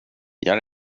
jag